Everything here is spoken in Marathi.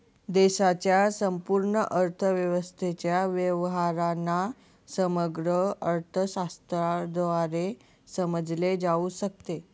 देशाच्या संपूर्ण अर्थव्यवस्थेच्या व्यवहारांना समग्र अर्थशास्त्राद्वारे समजले जाऊ शकते